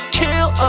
kill